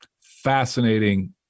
fascinating